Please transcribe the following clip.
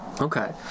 Okay